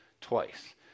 twice